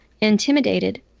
intimidated